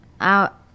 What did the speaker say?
Out